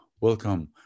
welcome